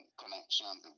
connections